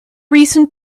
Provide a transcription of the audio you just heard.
recent